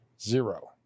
Zero